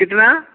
कितना